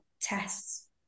tests